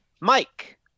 Mike